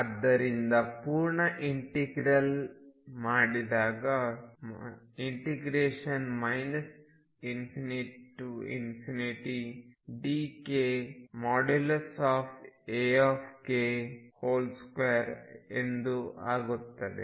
ಆದ್ದರಿಂದ ಪೂರ್ಣ ಇಂಟಿಗ್ರಲ್ ಮಾಡಿದಾಗ ∞ dk Ak2ಎಂದು ಆಗುತ್ತದೆ